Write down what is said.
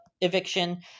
eviction